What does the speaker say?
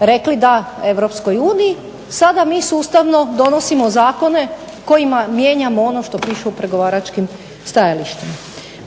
rekli da EU, sada mi sustavno donosimo zakone kojima mijenjamo ono što piše u pregovaračkim stajalištima.